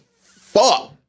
Fuck